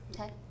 Okay